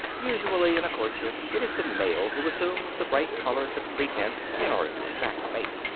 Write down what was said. usually in a courtship it is the male who assumes the bright colors of pretense in order to attract a mate.